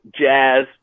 jazz